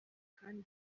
kandi